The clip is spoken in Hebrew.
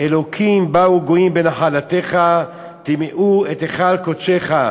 א‍לוקים באו גוים בנחלתך טמאו את היכל קדשך".